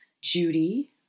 Judy